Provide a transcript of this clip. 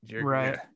right